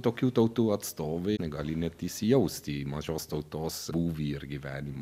tokių tautų atstovai negali net įsijausti į mažos tautos būvį ir gyvenimą